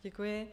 Děkuji.